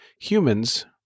humans